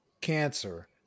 cancer